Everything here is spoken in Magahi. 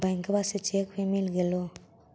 बैंकवा से चेक भी मिलगेलो?